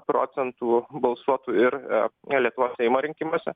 procentų balsuotų ir lietuvos seimo rinkimuose